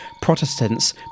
Protestants